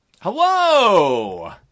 Hello